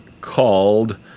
called